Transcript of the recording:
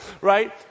Right